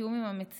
בתיאום עם המציע,